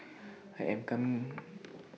I Am Come